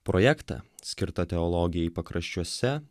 projektą skirtą teologijai pakraščiuose